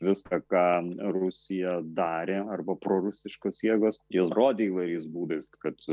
viską ką rusija darė arba prorusiškos jėgos jus rodė įvairiais būdais kad